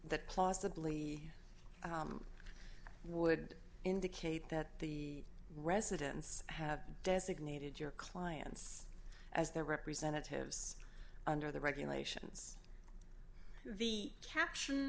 plausibly would indicate that the residents have designated your clients as their representatives under the regulations the caption